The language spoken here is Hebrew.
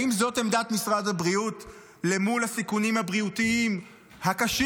האם זאת עמדת משרד הבריאות מול הסיכונים הבריאותיים הקשים